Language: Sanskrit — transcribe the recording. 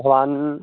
भवान्